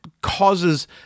causes